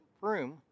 room